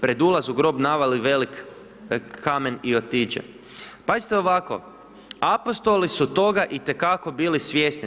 Pred ulaz u grob navali velik kamen i otiđe.“ Pazite ovako, apostoli su toga itekako bili svjesni.